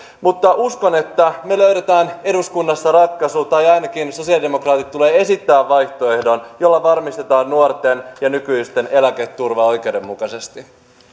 mutta uskon että me löydämme eduskunnassa ratkaisun tai ainakin sosiaalidemokraatit tulevat esittämään vaihtoehdon jolla varmistetaan nuorten ja nykyisten eläkeläisten eläketurva oikeudenmukaisesti